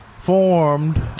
formed